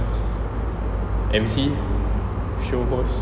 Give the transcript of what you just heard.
emcee show host